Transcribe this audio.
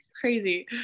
Crazy